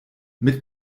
mit